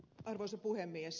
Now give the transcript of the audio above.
arvoisa puhemies